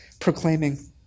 proclaiming